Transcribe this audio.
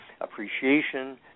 appreciation